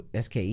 SKE